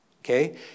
okay